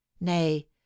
Nay